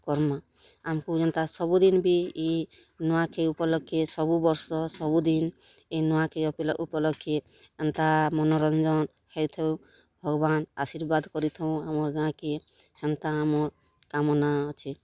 କର୍ମା ଆମ୍କୁ ଯେନ୍ତା ସବୁ ଦିନ୍ ବି ଇ ନୂଆଖାଇ ଉପଲକ୍ଷେ ସବୁ ବର୍ଷ ସବୁ ଦିନ୍ ଇ ନୂଆଖାଇ ଉପ ଉପଲକ୍ଷେ ଏନ୍ତା ମନୋରଞ୍ଜନ୍ ହେଉଥାଉ ଭଗବାନ୍ ଆଶୀର୍ବାଦ୍ କରିଥାଉଁ ଆମର୍ ଗାଁକେ ସେନ୍ତା ଆମର୍ କାମନା ଅଛେ